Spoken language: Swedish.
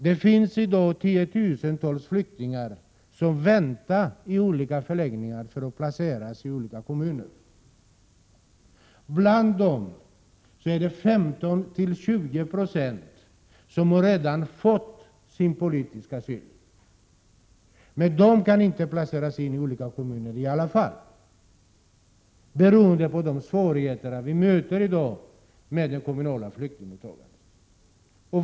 Det finns i dag tiotusentals flyktingar som väntar i förläggningar på att placeras ut i olika kommuner. Bland dem är det 15—20 920 som redan har fått sin politiska asyl. Men de kan trots detta inte placeras ut i olika kommuner beroende på de svårigheter som i dag finns med det kommunala flyktingmottagandet.